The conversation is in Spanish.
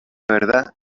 verdad